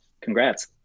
congrats